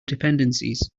dependencies